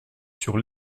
sur